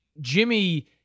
Jimmy